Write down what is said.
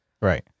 Right